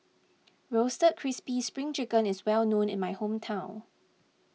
Roasted Crispy Spring Chicken is well known in my hometown